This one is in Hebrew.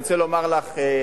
אני רוצה לומר לך,